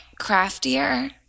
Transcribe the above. craftier